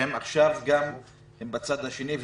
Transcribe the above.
שהם עכשיו גם בצד השני,